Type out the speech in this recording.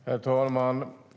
Herr talman!